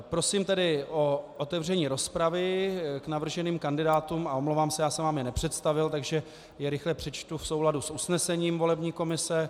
Prosím tedy o otevření rozpravy k navrženým kandidátům a omlouvám se, já jsem vám je nepředstavil, takže je rychle přečtu v souladu s usnesením volební komise.